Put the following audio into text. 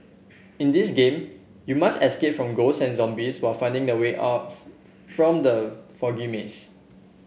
in this game you must escape from ghosts and zombies while finding the way out from the foggy maze